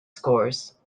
scores